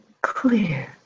clear